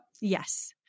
Yes